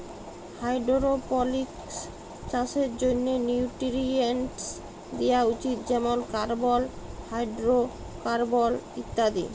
hydroponics চাষের জ্যনহে nutrients দিয়া উচিত যেমল কার্বল, হাইডোরোকার্বল ইত্যাদি